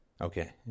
Okay